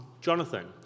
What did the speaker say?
Jonathan